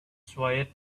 swayed